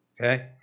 Okay